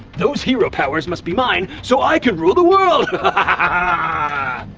those hero powers must be mine, so i can rule the world! ah